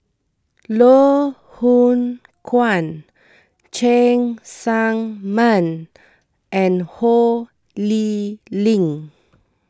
Loh Hoong Kwan Cheng Tsang Man and Ho Lee Ling